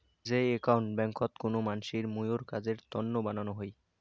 যেই একাউন্ট ব্যাংকোত কুনো মানসির মুইর কাজের তন্ন বানানো হই